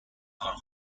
are